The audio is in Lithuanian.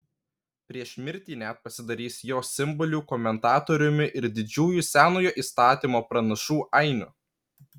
prieš mirtį net pasidarys jos simbolių komentatoriumi ir didžiųjų senojo įstatymo pranašų ainiu